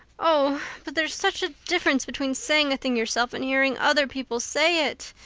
oh, but there's such a difference between saying a thing yourself and hearing other people say it,